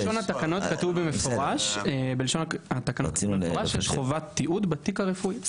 בלשון התקנות כתוב במפורש שיש חובת תיעוד בתיק הרפואי.